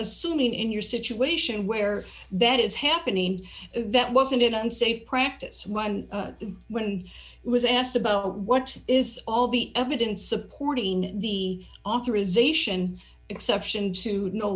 assuming in your situation where that is happening that wasn't an unsafe practice when i was asked about what is all the evidence supporting the authorization exception to